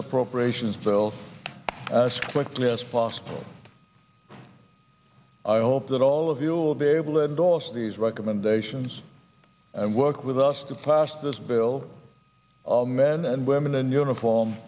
appropriations bill as quickly as possible i hope that all of you will be able to endorse these recommendations and work with us to pass this bill all men and women in uniform